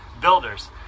builders